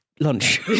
lunch